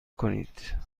کنید